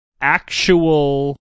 actual